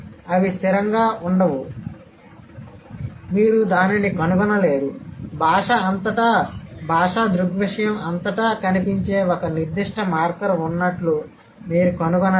అవి స్థిరంగా లేవు మీరు దానిని కనుగొనలేరు భాష అంతటా భాషా దృగ్విషయం అంతటా కనిపించే ఒక నిర్దిష్ట మార్కర్ ఉన్నట్లు మీరు కనుగొనలేరు